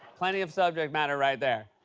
plenty of subject matter right there.